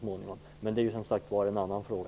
Men det är som sagt var en annan fråga.